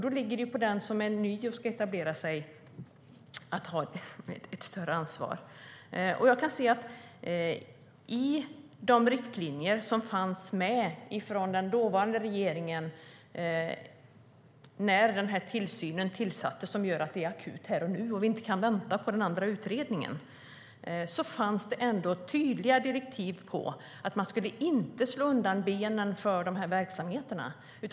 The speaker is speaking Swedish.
Då ligger det ett större ansvar på den som är ny och ska etablera sig. I den dåvarande regeringens riktlinjer för den tillsyn som tillsattes, och som gör att det är akut här och nu och att vi inte kan vänta på den andra utredningen, fanns det ändå tydliga direktiv om att man inte skulle slå undan benen för de här verksamheterna.